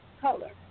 color